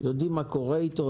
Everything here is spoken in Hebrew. יודעים מה קורה איתו,